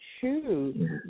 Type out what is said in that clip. choose